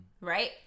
right